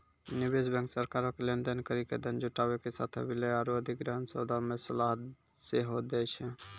निवेश बैंक सरकारो के लेन देन करि के धन जुटाबै के साथे विलय आरु अधिग्रहण सौदा मे सलाह सेहो दै छै